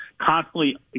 constantly